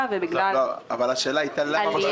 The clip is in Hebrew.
ובגלל עלייה --- השאלה הייתה למה ב-31.